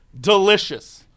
delicious